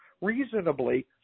reasonably